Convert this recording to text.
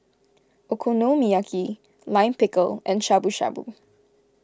Okonomiyaki Lime Pickle and Shabu Shabu